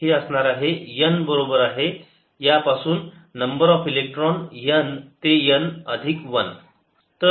हे असणार आहे n बरोबर आहे पासून नंबर ऑफ इलेक्ट्रॉन n ते n अधिक 1